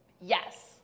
Yes